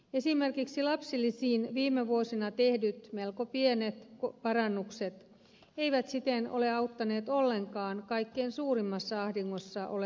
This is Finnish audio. esimerkiksi lapsilisiin viime vuosina tehdyt melko pienet parannukset eivät siten ole auttaneet ollenkaan kaikkein suurimmassa ahdingossa olevia